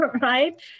right